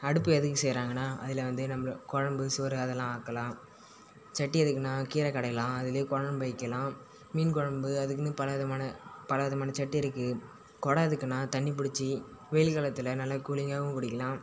அடுப்பு எதுக்கு செய்றாங்கனா அதில் வந்து நம்ம கொழம்பு சோறுலாம் அதலாம் ஆக்கலாம் சட்டி எதுக்குன்னா கீரை குடையலாம் அதிலே கொழம்பு வைக்கலாம் மீன் கொழம்பு அதுக்குன்னு பல விதமான பல விதமான சட்டிருக்கு குடம் எதுக்குன்னா தண்ணி புடிச்சு வெயில் காலத்தில் நல்லா கூலிங்காவும் குடிக்கலாம்